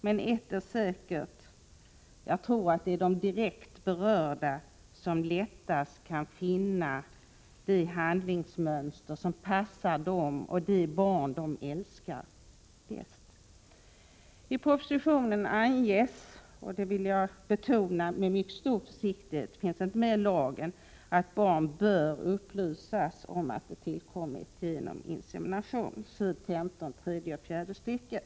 Men ett är säkert; de direkt berörda kan lättast finna det handlingsmönster som bäst passar dem och det barn de älskar. I propositionen anges för det första — dock, det vill jag betona, med mycket stor försiktighet, och det finns inte med i lagen — att barn bör upplysas om att det tillkommit genom insemination. Det står på s. 15 i tredje och fjärde styckena.